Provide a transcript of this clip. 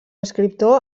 escriptor